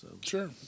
Sure